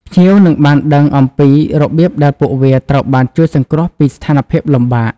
ភ្ញៀវនឹងបានដឹងអំពី របៀបដែលពួកវាត្រូវបានជួយសង្គ្រោះ ពីស្ថានភាពលំបាក។